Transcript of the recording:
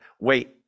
Wait